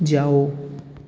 जाओ